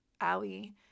Allie